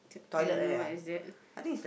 I dunno what is that